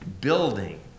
Building